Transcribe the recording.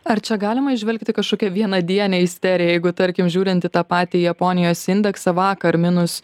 ar čia galima įžvelgti kažkokią vienadienę isteriją jeigu tarkim žiūrint į tą patį japonijos indeksą vakar minus